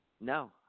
No